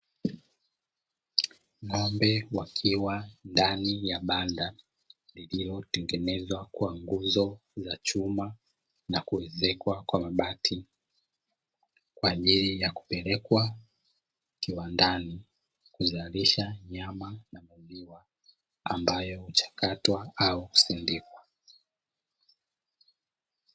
Ng’ombe wakiwa ndani ya banda lililotengenezwa kwa nguzo za chuma na kuezekwa kwa mabati kwa ajili ya kupelekwa kiwandani kuzalisha nyama na maziwa; ambayo huchakatwa au kusindikwa.